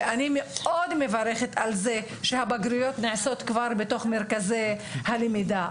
ואני מאוד מברכת על זה שהבגרויות נעשות כבר בתוך מרכזי הלמידה,